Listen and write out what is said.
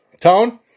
Tone